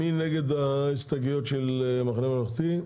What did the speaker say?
מי נגד ההסתייגויות של המחנה הממלכתי?